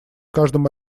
каждом